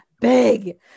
big